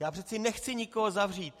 Já přece nechci nikoho zavřít.